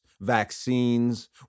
vaccines